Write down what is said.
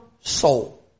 soul